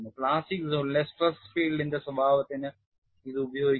plastic സോണിലെ stress ഫീൽഡിന്റെ സ്വഭാവത്തിന് ഇത് ഉപയോഗിക്കുന്നു